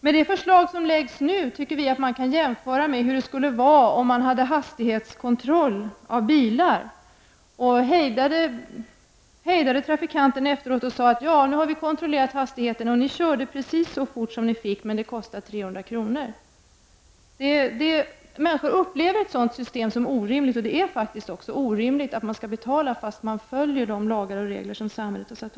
Men det förslag som framlagts nu tycker vi kan jämföras med hur det skulle vara om man vid hastighetskontroll av biltrafiken hejdade trafikanterna och sade att man har kontrollerat hastigheten och konstaterat att någon kört precis så fort som det var tillåtet att köra, och för denna kontroll skulle trafikanten betala 300 kr. Människor upplever ett sådant system som orimligt, och det är också orimligt att man skall betala för att samhället konstaterar att man följer de lagar och regler som samhället har fastlagt.